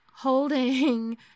holding